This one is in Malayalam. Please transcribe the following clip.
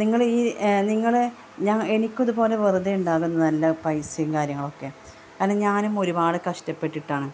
നിങ്ങൾ ഈ നിങ്ങൾ എനിക്കിത് പോലെ വെറുതെ ഉണ്ടാവുന്നതല്ല പൈസയും കാര്യങ്ങളൊക്കെ അത് ഞാനും ഒരുപാട് കഷ്ടപ്പെട്ടിട്ടാണ്